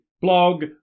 blog